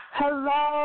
hello